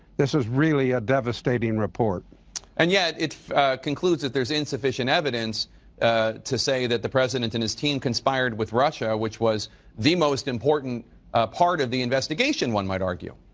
this is really a devastating and yet it concludes if there's insufficient evidence ah to say that the president and his team conspired with russia, which was the most important ah part of the investigation one might argue.